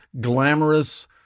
glamorous